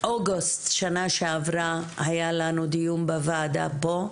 באוגוסט שנה שעברה היה לנו דיון בוועדה פה,